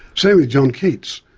same with john keats,